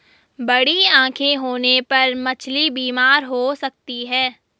बड़ी आंखें होने पर मछली बीमार हो सकती है